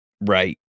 Right